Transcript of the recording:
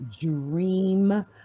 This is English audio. dream